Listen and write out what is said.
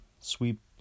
sweep